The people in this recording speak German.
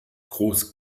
groß